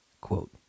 Quote